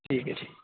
ٹھیک ہے ٹھیک